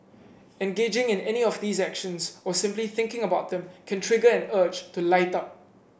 engaging in any of these actions or simply thinking about them can trigger an urge to light up